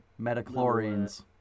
Metachlorines